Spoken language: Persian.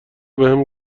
بهم